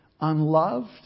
unloved